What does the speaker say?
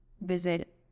visit